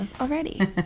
already